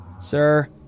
Sir